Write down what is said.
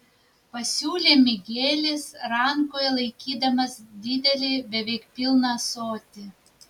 pasiūlė migelis rankoje laikydamas didelį beveik pilną ąsotį